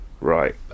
right